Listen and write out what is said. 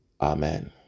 Amen